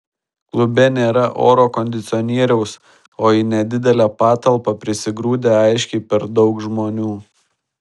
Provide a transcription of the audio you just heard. klube nėra oro kondicionieriaus o į nedidelę patalpą prisigrūdę aiškiai per daug žmonių